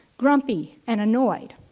grumpy and annoyed.